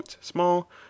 small